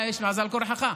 זה על כורחך?